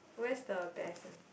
where's the best one